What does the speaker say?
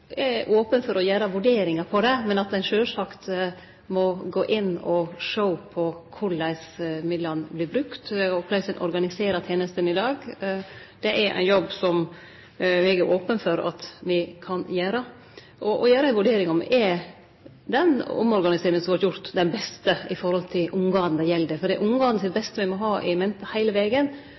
er open for å gjere vurderingar av det, men at ein sjølvsagt må gå inn og sjå på korleis midlane vert brukte, og korleis ein organiserer tenestene i dag. Det er ein jobb som eg er open for at me kan gjere, gjere ei vurdering av om den omorganiseringa som har vore gjort, er til beste for dei ungane det gjeld, for det er ungane sitt beste me må ha i mente heile vegen.